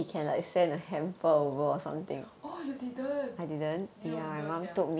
oh you didn't 没有你没有讲